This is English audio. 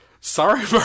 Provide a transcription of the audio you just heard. sorry